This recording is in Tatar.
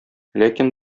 ләкин